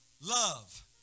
love